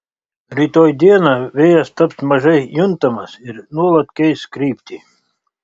rytoj dieną vėjas taps mažai juntamas ir nuolat keis kryptį